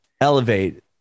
elevate